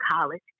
college